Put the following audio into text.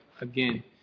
again